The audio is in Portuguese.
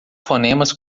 fonemas